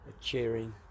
cheering